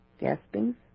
Gasping